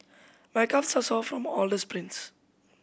my calves are sore from all the sprints